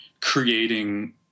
creating